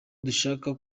dushaka